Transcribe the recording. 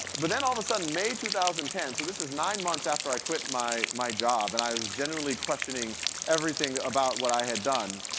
but then all of a sudden, may two thousand and ten, so this is nine months after i quit my my job, and i was generally questioning everything about what i had done,